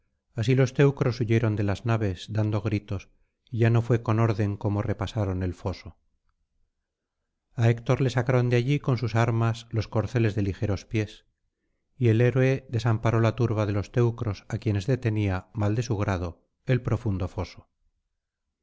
así los teucros huyeron de las naves dando gritos y ya no fué con orden como repasaron el foso a héctor le sacaron de allí con sus armas los corceles de ligeros pies y el héroe desamparó la turba de los teucros á quienes detenía mal de su grado el profundo foso